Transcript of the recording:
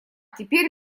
теперь